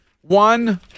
one